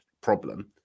problem